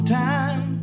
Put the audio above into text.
time